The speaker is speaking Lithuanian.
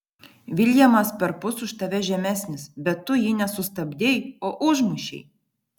viljamas perpus už tave žemesnis bet tu jį ne sustabdei o užmušei